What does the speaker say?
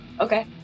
Okay